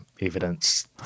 evidence